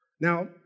Now